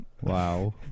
Wow